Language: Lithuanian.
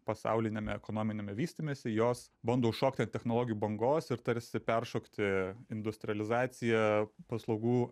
pasauliniame ekonominiame vystymesi jos bando užšokti ant technologijų bangos ir tarsi peršokti industrializaciją paslaugų